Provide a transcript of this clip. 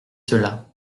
cela